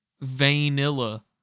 vanilla